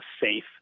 safe